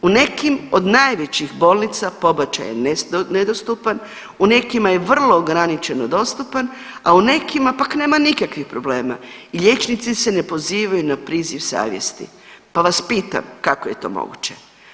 U nekim od najvećih bolnica pobačaj je nedostupan, u nekima je vrlo ograničeno dostupan, a u nekima pak nema nikakvih problema, liječnici se ne pozivaju na priziv savjesti, pa vas pitam kako je to moguće.